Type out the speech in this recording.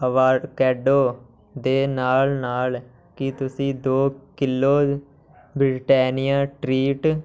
avocado ਦੇ ਨਾਲ ਨਾਲ ਕੀ ਤੁਸੀਂ ਦੋ ਕਿਲੋ ਬ੍ਰਿਟੈਨੀਆ ਟ੍ਰੀਟ